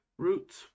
Roots